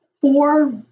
four